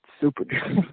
super